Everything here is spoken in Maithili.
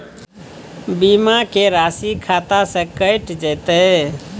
बीमा के राशि खाता से कैट जेतै?